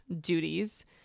duties